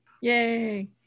Yay